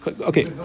Okay